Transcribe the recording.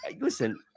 Listen